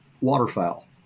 waterfowl